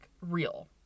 real